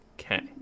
Okay